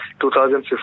2015